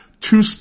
two